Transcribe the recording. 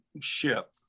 ship